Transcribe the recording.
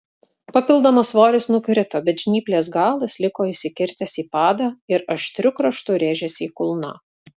papildomas svoris nukrito bet žnyplės galas liko įsikirtęs į padą ir aštriu kraštu rėžėsi į kulną